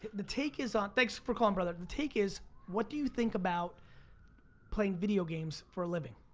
the take is on, thanks for calling, brother. the take is, what do you think about playing video games for a living?